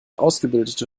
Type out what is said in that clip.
ausgebildete